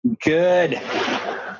Good